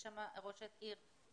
יש שם ראשת עיר,